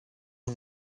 yng